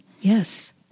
Yes